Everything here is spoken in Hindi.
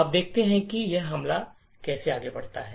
आइए देखते हैं कि यह हमला कैसे आगे बढ़ता है